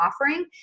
offering